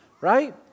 right